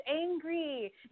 angry